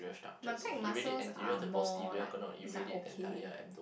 but back muscles are more like it's like okay